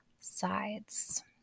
sides